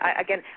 Again